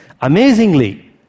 Amazingly